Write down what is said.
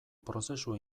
prozesu